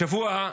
השבוע,